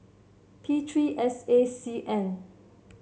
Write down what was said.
P three S A C N